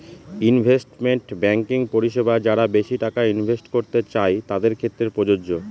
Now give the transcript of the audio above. investment banking পরিষেবা যারা বেশি টাকা ইনভেস্ট করতে চাই তাদের ক্ষেত্রে প্রযোজ্য